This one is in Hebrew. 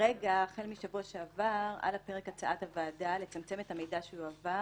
החל משבוע שעבר על הפרק עומדת הצעת הוועדה לצמצם את המידע שיועבר